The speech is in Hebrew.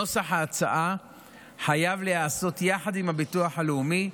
נוסח ההצעה חייב להיעשות יחד עם הביטוח הלאומי,